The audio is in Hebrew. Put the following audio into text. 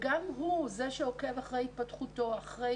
וגם הוא זה שעוקב אחרי התפתחותו ואחרי